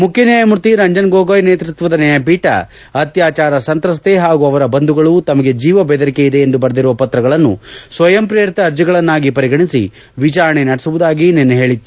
ಮುಖ್ಯ ನ್ಯಾಯಮೂರ್ತಿ ರಂಜನ್ ಗೊಗೊಯ್ ನೇತೃತ್ವದ ನ್ಯಾಯಪೀಠ ಅತ್ಯಾಚಾರ ಸಂತ್ರಸ್ತೆ ಹಾಗೂ ಅವರ ಬಂಧುಗಳು ತಮಗೆ ಜೀವ ಬೆದರಿಕೆ ಇದೆ ಎಂದು ಬರೆದಿರುವ ಪತ್ರಗಳನ್ನು ಸ್ವಯಂ ಪ್ರೇರಿತ ಅರ್ಜಿಗಳನ್ನಾಗಿ ಪರಿಗಣಿಸಿ ವಿಚಾರಣೆ ನಡೆಸುವುದಾಗಿ ನಿನ್ನೆ ಹೇಳಿತ್ತು